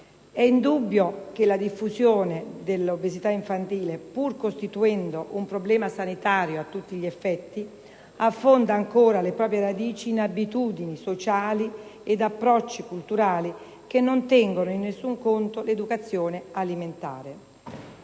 È indubbio che la diffusione dell'obesità infantile, pur costituendo un problema sanitario a tutti gli effetti, affonda ancora le proprie radici in abitudini sociali ed approcci culturali che non tengono in alcun conto l'educazione alimentare.